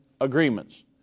agreements